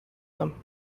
them